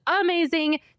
amazing